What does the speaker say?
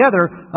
together